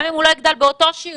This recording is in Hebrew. גם אם הוא לא יגדל באותו שיעור